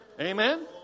Amen